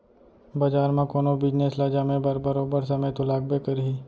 बजार म कोनो बिजनेस ल जमे बर बरोबर समे तो लागबे करही